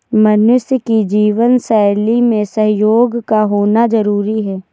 मनुष्य की जीवन शैली में सहयोग का होना जरुरी है